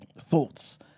thoughts